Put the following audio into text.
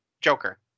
Joker